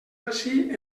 ací